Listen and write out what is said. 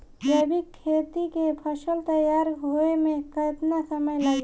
जैविक खेती के फसल तैयार होए मे केतना समय लागी?